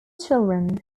children